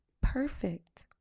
perfect